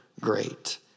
great